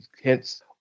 hints